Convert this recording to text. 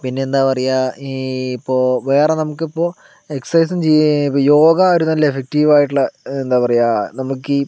പിന്നെ എന്താ പറയുക ഇപ്പോൾ വേറെ നമുക്ക് ഇപ്പോൾ എക്സൈസ് ചെയ്യുക ഇപ്പോൾ യോഗ ഒരു നല്ല എഫക്റ്റീവ് ആയിട്ടുള്ള എന്താ പറയുക നമുക്ക് ഈ